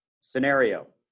Scenario